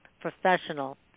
professional